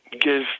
give